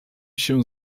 się